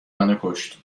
منوکشت